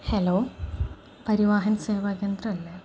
hello Parivahan Seva കേന്ദ്രമല്ലേ